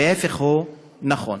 וההפך הוא הנכון,